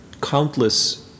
countless